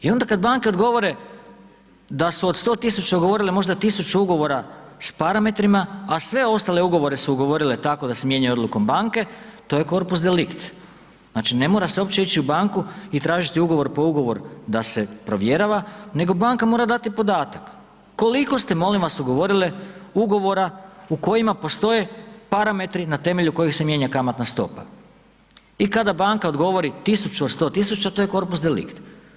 I onda kad banke odgovore da su od 100 000 ugovorile možda 1000 ugovora s parametrima, a sve ostale ugovore su ugovorile tako da se mijenjaju odlukom banke, to je corpus delict, znači ne mora se uopće ići u banku i tražiti ugovor po ugovor da se provjerava, nego banka mora dati podatak, koliko ste molim vas ugovorile ugovora u kojima postoje parametri na temelju kojih se mijenja kamatna stopa i kada banka odgovori 1000 od 100 000, to je corpus delict.